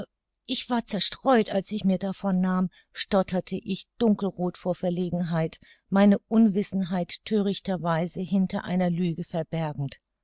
ich war zerstreut als ich mir davon nahm stotterte ich dunkelroth vor verlegenheit meine unwissenheit thörichter weise hinter einer lüge verbergend